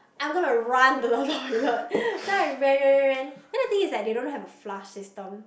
I'm gonna run to the toilet so I ran ran ran ran then the thing is that they don't have a flush system